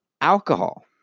alcohol